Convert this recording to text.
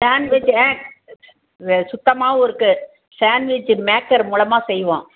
sandwich ஆ இது சுத்தமாவும் இருக்கும் சாண்ட்வெஜ்ஜு மேக்கர் மூலமாக செய்வோம்